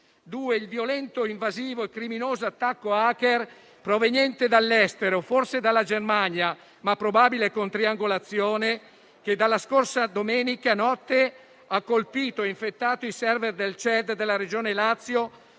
il violento, invasivo e criminoso attacco *hacker* proveniente dall'estero, forse dalla Germania, ma con probabile triangolazione, che dalla scorsa domenica notte ha colpito e infettato i *server* del CED della Regione Lazio,